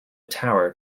tower